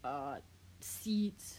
err seeds